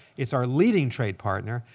it's our leading trade partner.